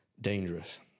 dangerous